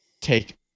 take